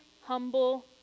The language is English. humble